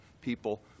People